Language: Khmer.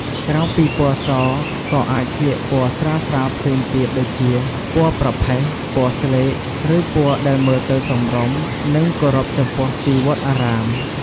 ក្រៅពីពណ៌ស ក៏អាចស្លៀកពណ៌ស្រាលៗផ្សេងទៀតដូចជា ពណ៌ប្រផេះ ពណ៌ស្លេក ឬពណ៌ ដែលមើលទៅសមរម្យ និងគោរពចំពោះទីវត្តអារាម។